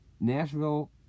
Nashville